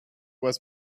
was